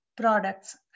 products